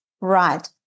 right